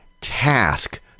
task